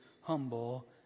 humble